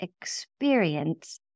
experience